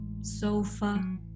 sofa